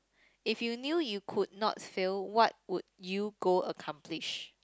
if you knew you could not fail what would you go accomplish